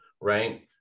Right